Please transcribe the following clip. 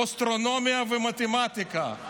אסטרונומיה ומתמטיקה.